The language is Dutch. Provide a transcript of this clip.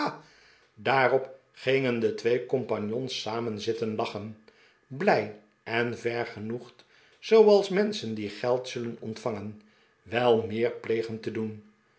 daarop gingen de twee compagnons samen zitten lachen blij en vergenoegd zooals menschen die geld zullen ontvangen wel meer plegen te doen